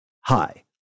Hi